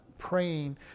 Praying